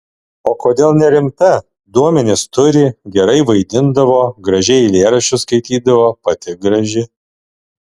o kodėl nerimta duomenis turi gerai vaidindavo gražiai eilėraščius skaitydavo pati graži